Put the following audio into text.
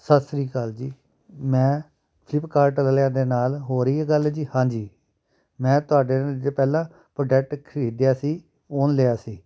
ਸਤਿ ਸ਼੍ਰੀ ਅਕਾਲ ਜੀ ਮੈਂ ਸ਼ਿਵ ਕਾਰਟਲਿਆਂ ਦੇ ਨਾਲ ਹੋ ਰਹੀ ਹੈ ਗੱਲ ਜੀ ਹਾਂਜੀ ਮੈਂ ਤੁਹਾਡੇ ਪਹਿਲਾਂ ਪ੍ਰੋਡਕਟ ਖਰੀਦਿਆ ਸੀ ਫੋਨ ਲਿਆ ਸੀ